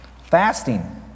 fasting